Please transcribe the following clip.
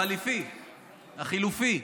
החליפי, החילופי,